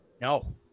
No